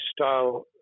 style